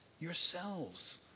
yourselves